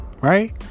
right